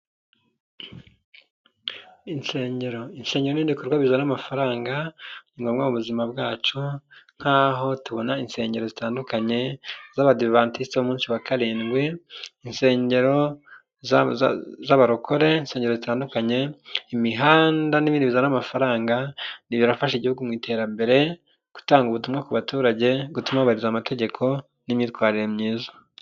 Insengero, insengero ni ibikorwa bizana amafaranga ni ngombwa mu buzima bwacu. Nk'aho tubona insengero zitandukanye z'abadivantisite b'umunsi wa karindwi, insengero z'abarokore, insengero zitandukanye, imihanda, n'ibindi bizana amafaranga, ni ibifasha igihugu mu iterambere, gutanga ubutumwa ku baturage, gutuma bubahiriza amategeko, n'imyitwarire myiza.